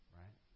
right